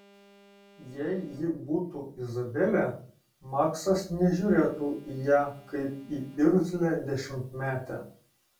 jei ji būtų izabelė maksas nežiūrėtų į ją kaip į irzlią dešimtmetę